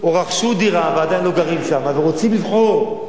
או רכשו דירה ועדיין לא גרים שם, ורוצים לבחור.